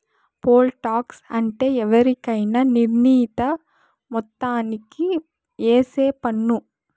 pole tax అంటే ఎవరికైనా నిర్ణీత మొత్తానికి ఏసే పన్ను